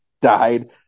died